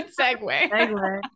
segue